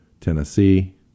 Tennessee